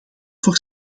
voor